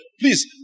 Please